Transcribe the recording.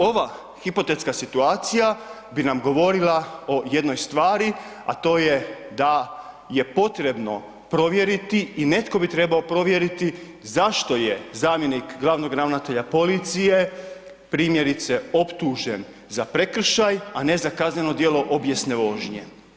Ova hipotetska situacija bi nam govorila o jednoj stvari, a to je da je potrebno provjeriti i netko bi trebao provjeriti zašto je zamjenik glavnog ravnatelja policije primjerice optužen za prekršaj, a ne za kazneno djelo obijesne vožnje.